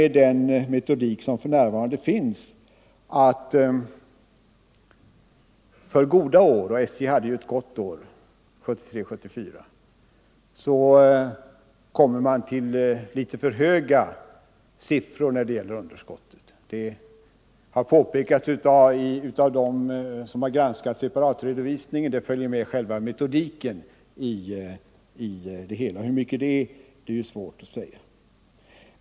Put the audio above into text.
Den metodik som nu används leder också till att man för goda år — och SJ hade ett gott år 1973/74 — kommer fram till litet för höga siffror när det gäller underskottet. De som har granskat separatredovisningen har påpekat att detta följer med själva metodiken. Hur mycket det rör sig om är svårt att säga.